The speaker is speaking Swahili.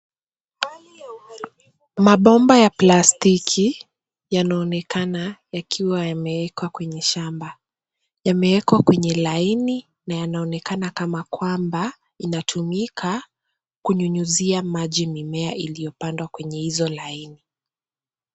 Mabomba ya plastiki yanaonekana yakiwa yamewekwa kwenye shamba. Yamewekwa kwenye laini na yanaonekana kama kwamba inatumika kunyunyizia maji mimea iliyopandwa kwenye hizo laini.